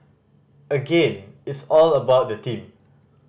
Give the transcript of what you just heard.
again it's all about the team